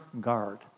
guard